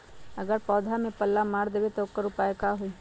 अगर पौधा में पल्ला मार देबे त औकर उपाय का होई?